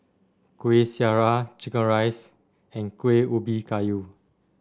Kuih Syara Chicken Rice and Kueh Ubi Kayu